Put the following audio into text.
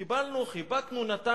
קיבלנו, חיבקנו, נתנו.